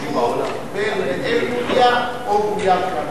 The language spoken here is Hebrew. שהוא: בן לאם יהודייה או גויר כהלכה?